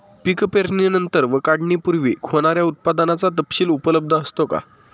पीक पेरणीनंतर व काढणीपूर्वी होणाऱ्या उत्पादनाचा तपशील उपलब्ध असतो का?